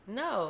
no